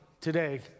today